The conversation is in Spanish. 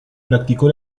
practicó